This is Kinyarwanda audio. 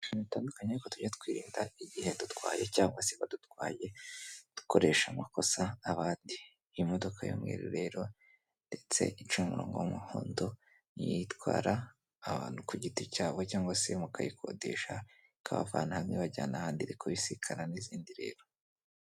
Ibintu bitandukanye tujya twirinda igihe dutwaye cyangwa se badutwaye dukoresha amakosa nk'abandi imodoka y'umweru ndetse isa umuhondo ni iyitwara abantu ku giti cyabo cyangwa se mukayikodesha ikabavanamwe ibajyana ahandi ariko kuyisikana n'izindi rero.